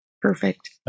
Perfect